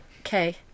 Okay